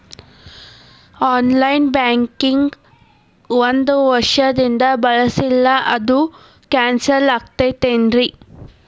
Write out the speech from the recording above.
On line banking ಒಂದ್ ವರ್ಷದಿಂದ ಬಳಸಿಲ್ಲ ಅದು ಕ್ಯಾನ್ಸಲ್ ಆಗಿರ್ತದೇನ್ರಿ?